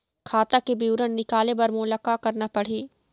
खाता के विवरण निकाले बर मोला का करना पड़ही?